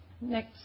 Next